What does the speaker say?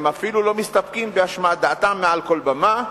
הם אפילו לא מסתפקים בהשמעת דעתם מעל כל במה.